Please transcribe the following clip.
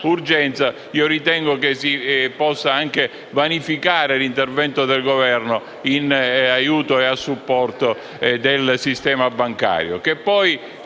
ritengo che si possa anche vanificare l'intervento del Governo in aiuto e supporto al sistema bancario.